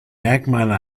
merkmale